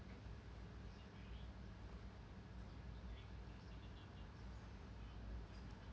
mmhmm